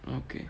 okay